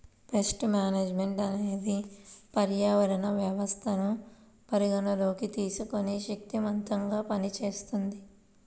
paste management అనేది పర్యావరణ వ్యవస్థను పరిగణలోకి తీసుకొని శక్తిమంతంగా పనిచేస్తుంది